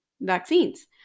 vaccines